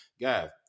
guys